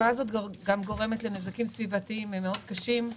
התופעה הזאת גורמת גם לנזקים סביבתיים מאוד קשים.